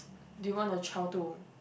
do you want a child to